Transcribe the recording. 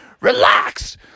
Relax